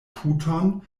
puton